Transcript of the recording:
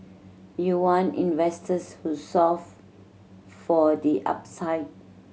you want investors who solve for the upside